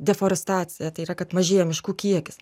deforestaciją tai yra kad mažėja miškų kiekis